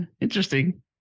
interesting